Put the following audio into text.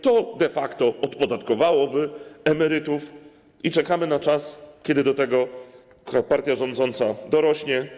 To de facto odpodatkowałoby emerytów i czekamy na czas, kiedy do tego partia rządząca dorośnie.